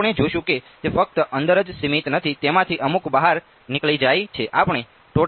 આપણે જોશું કે તે ફક્ત અંદર જ સીમિત નથી તેમાંથી અમુક બહાર નીકળી જાય છે